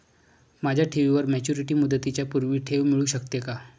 माझ्या ठेवीवर मॅच्युरिटी मुदतीच्या पूर्वी ठेव मिळू शकते का?